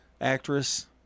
actress